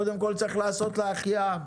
קודם כל צריך לעשות לה החייאה.